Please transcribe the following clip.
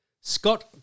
Scott